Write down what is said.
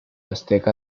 azteca